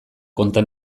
konta